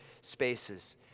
spaces